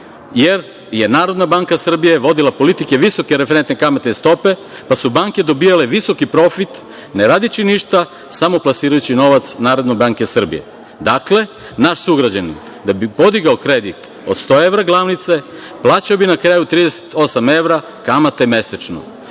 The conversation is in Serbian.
jer je NBS vodila politike visoke referentne kamatne stope, pa su banke dobijale visoki profit ne radeći ništa, samo plasirajući novac NBS. Dakle, naš sugrađanin da bi podigao kredit od 100 evra glavnice plaćao bi na kraju 38 evra kamate mesečno.